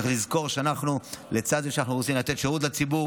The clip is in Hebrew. צריך לזכור שלצד זה שאנחנו רוצים לתת שירות לציבור,